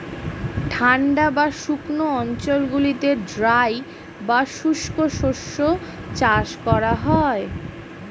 ঠান্ডা বা শুকনো অঞ্চলগুলিতে ড্রাই বা শুষ্ক শস্য চাষ করা হয়